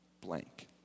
blank